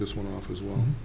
this one off as well